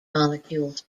molecules